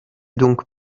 donc